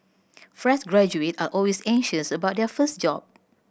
fresh graduate are always anxious about their first job